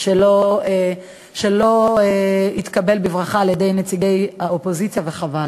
שלא התקבל בברכה על-ידי נציגי האופוזיציה, וחבל.